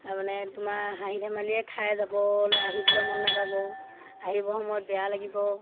তাৰমানে তোমাৰ হাঁহি ধেমালিয়ে খাই যাবলৈ আহিবলৈ মন নাযাব আহিবৰ সময়ত বেয়া লাগিব